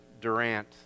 Durant